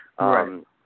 Right